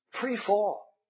pre-fall